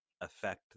affect